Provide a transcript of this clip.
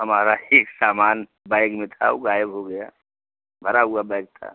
हमारा एक सामान बैग में था वो गायब हो गया भरा हुआ बैग था